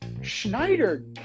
Schneider